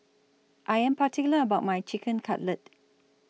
I Am particular about My Chicken Cutlet